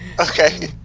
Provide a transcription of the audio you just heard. Okay